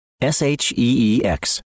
S-H-E-E-X